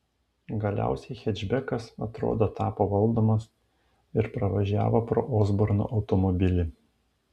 galiausiai hečbekas atrodo tapo valdomas ir pravažiavo pro osborno automobilį